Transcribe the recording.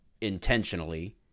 intentionally